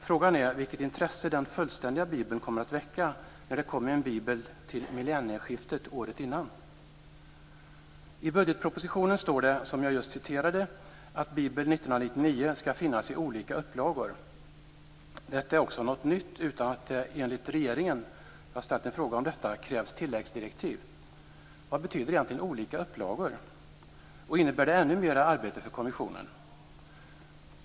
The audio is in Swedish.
Frågan är vilket intresse den fullständiga bibeln kommer att väcka när det kom en bibel till millennieskiftet året före. I budgetpropositionen står det, som jag nyss citerade, att bibeln från 1999 skall finnas i olika upplagor. Jag har ställt en fråga om detta. Detta är något nytt, men det krävs enligt regeringen inga tilläggsdirektiv. Vad betyder det egentligen att den skall finnas i olika upplagor? Innebär det ännu mera arbete för kommissionen?